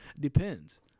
Depends